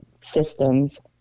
systems